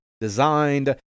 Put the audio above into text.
designed